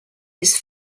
his